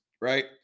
right